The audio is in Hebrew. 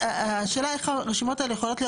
השאלה איך הרשימות האלה יכולות להיות